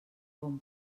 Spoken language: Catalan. bon